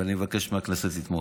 ואני מבקש מהכנסת לתמוך.